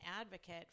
advocate